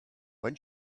when